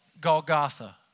Golgotha